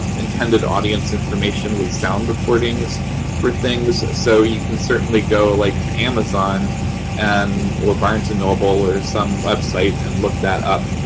um intended audience information with sound recordings for things. so you can certainly go like to amazon and or barnes and noble or some website and look that up.